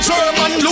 German